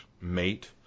mate